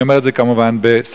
אני אומר את זה כמובן בסרקזם.